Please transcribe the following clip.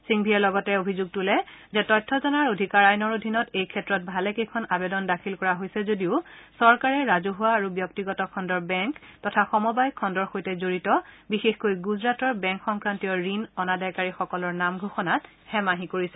সিংভিয়ে লগতে অভিযোগ তোলে যে তথ্য জনাৰ অধিকাৰ আইনৰ অধীনত এইক্ষেত্ৰত ভালেকেইখন আবেদন দাখিল কৰা হৈছে যদিও চৰকাৰে ৰাজছৱা আৰু ব্যক্তিগত খণুৰ বেংক তথা সমবায় খণুৰ সৈতে জড়িত বিশেষকৈ গুজৰাটৰ বেংক সংক্ৰান্তীয় ঋণ অনাদায়কাৰীসকলৰ নাম ঘোষণাত হেমাহি কৰিছে